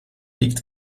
liegt